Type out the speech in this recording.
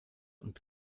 und